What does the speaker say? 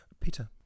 Peter